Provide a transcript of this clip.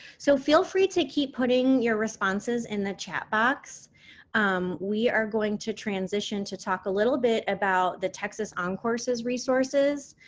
so, feel free to keep putting your responses in the chatbox. we are going to transition to talk a little bit about the texas oncourse's resources